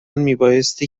میبایستی